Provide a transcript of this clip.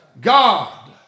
God